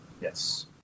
Yes